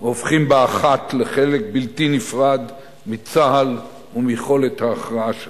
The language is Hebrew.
והופכים באחת לחלק בלתי נפרד מצה"ל ומיכולת ההכרעה שלו,